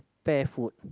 pear food